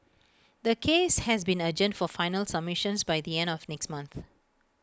the case has been adjourned for final submissions by the end of next month